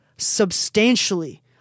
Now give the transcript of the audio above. substantially